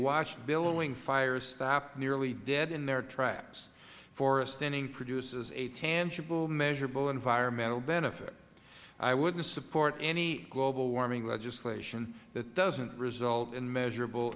watched billowing fires stop nearly dead in their tracks forest thinning produces a tangible measurable environmental benefit i wouldn't support any global warming legislation that doesn't result in measurable